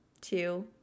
two